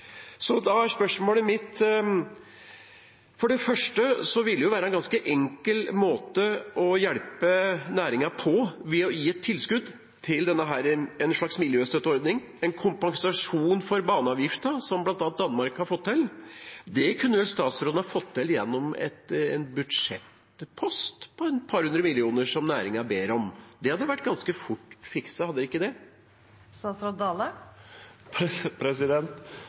Så spørsmålet mitt handler om: For det første ville det være en ganske enkel måte å hjelpe næringen på å gi et tilskudd til en slags miljøstøtteordning, en kompensasjon for baneavgiften, noe som bl.a. Danmark har fått til. Det kunne vel statsråden ha fått til gjennom en budsjettpost på et par hundre millioner, som næringen ber om. Det hadde vært ganske fort å fikse, hadde det ikke? Det